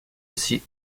aussi